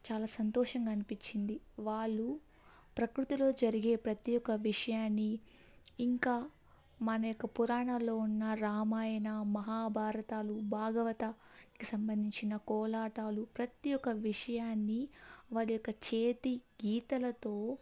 చాలా సంతోషంగా అనిపించింది వాళ్ళు ప్రకృతిలో జరిగే ప్రతి ఒక్క విషయాన్ని ఇంకా మన యొక్క పురాణాల్లో ఉన్న రామాయణ మహాభారతాలు భాగవతానికి సంబంధించిన కోలాటాలు ప్రతి ఒక్క విషయాన్ని వారి యొక్క చేతి గీతలతో